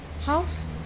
house